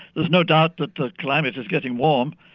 there's no doubt that the climate is getting warm.